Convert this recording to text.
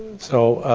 so,